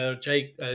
Jake